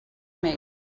make